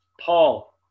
Paul